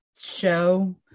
show